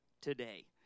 today